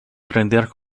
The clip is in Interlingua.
prender